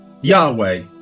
Yahweh